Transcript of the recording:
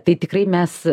tai tikrai mes